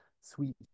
Sweet